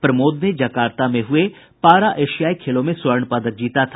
प्रमोद ने जकार्ता में हुये पारा एशियाई खेलों में स्वर्ण पदक जीता था